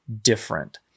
different